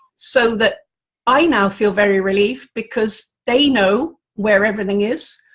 so that i now feel very relieved, because they know where everything is.